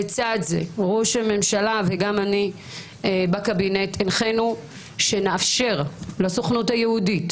לצד זה ראש הממשלה ואני הנחנו שנאפשר לסוכנות היהודית